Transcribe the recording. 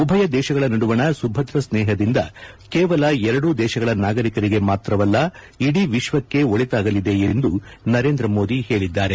ಉಭಯ ದೇಶಗಳ ನಡುವಣ ಸುಭದ್ರ ಸ್ನೇಹದಿಂದ ಕೇವಲ ಎರಡೂ ದೇಶಗಳ ನಾಗರಿಕರಿಗೆ ಮಾತ್ರವಲ್ಲ ಇಡೀ ವಿಶ್ವಕ್ಷೆ ಒಳಿತಾಗಲಿದೆ ಎಂದು ನರೇಂದ್ರ ಮೋದಿ ಹೇಳಿದ್ದಾರೆ